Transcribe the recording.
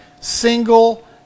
single